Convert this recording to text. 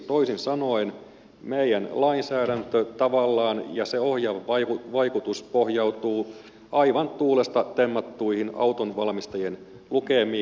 toisin sanoen meidän lainsäädäntö ja se ohjaava vaikutus tavallaan pohjautuvat aivan tuulesta temmattuihin autonvalmistajien lukemiin